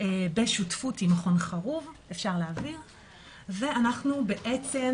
בשותפות עם מכון חרוב ואנחנו בעצם